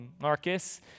Marcus